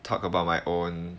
talk about my own